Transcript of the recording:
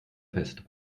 fest